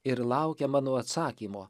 ir laukia mano atsakymo